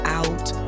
out